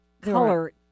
color